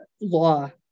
law